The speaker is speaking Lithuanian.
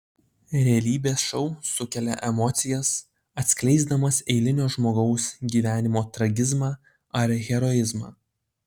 realybės šou sukelia emocijas atskleisdamas eilinio žmogaus gyvenimo tragizmą ar heroizmą